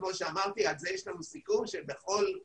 כמו שאמרתי על זה יש לנו סיכום כך שלמעשה